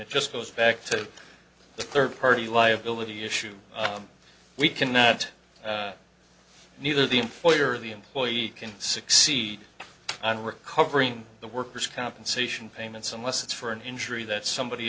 it just goes back to the third party liability issue we cannot neither the employer or the employee can succeed on recovering the workers compensation payments unless it's for an injury that somebody